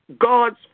God's